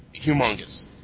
humongous